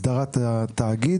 הסדרת התאגיד.